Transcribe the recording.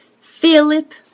Philip